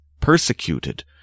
persecuted